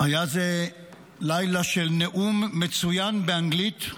היה זה לילה של נאום מצוין באנגלית,